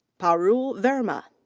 parul verma.